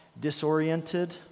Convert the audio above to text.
disoriented